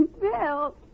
Bill